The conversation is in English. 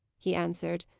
he answered.